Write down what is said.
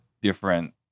different